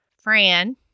Fran